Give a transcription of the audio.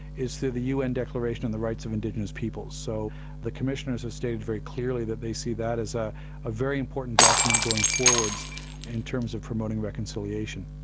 is through the un declaration of and the rights of indigenous peoples. so the commissioners have stated very clearly that they see that as a ah very important document going forwards in terms of promoting reconciliation.